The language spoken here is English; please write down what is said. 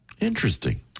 Interesting